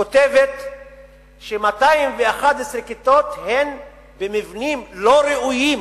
כותבת ש-211 כיתות הן במבנים לא ראויים.